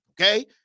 Okay